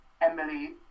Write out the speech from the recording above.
Emily